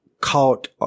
caught